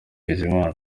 bizimana